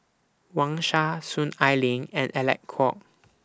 Wang Sha Soon Ai Ling and Alec Kuok